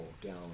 down